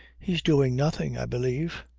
he's doing nothing, i believe.